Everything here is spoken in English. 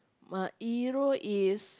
my hero is